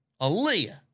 Aaliyah